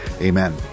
amen